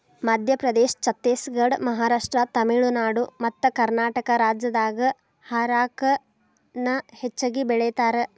ಮಧ್ಯಪ್ರದೇಶ, ಛತ್ತೇಸಗಡ, ಮಹಾರಾಷ್ಟ್ರ, ತಮಿಳುನಾಡು ಮತ್ತಕರ್ನಾಟಕ ರಾಜ್ಯದಾಗ ಹಾರಕ ನ ಹೆಚ್ಚಗಿ ಬೆಳೇತಾರ